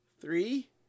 three